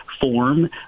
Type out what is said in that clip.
form